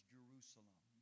Jerusalem